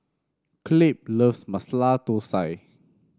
Clabe loves Masala Thosai